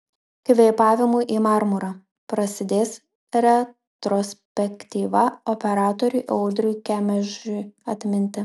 kvėpavimu į marmurą prasidės retrospektyva operatoriui audriui kemežiui atminti